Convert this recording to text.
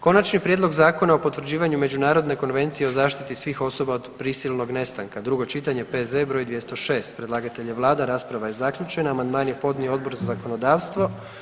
Konačni prijedlog Zakona o potvrđivanju Međunarodne konvencije o zaštiti svih osoba od prisilnog nestanka, drugo čitanje, P.Z. br. 206, predlagatelj je Vlada, rasprava je zaključena, amandman je podnio Odbor za zakonodavstvo.